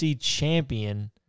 champion